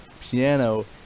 piano